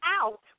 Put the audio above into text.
out